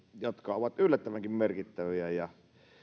jotka ovat yllättävänkin merkittäviä ja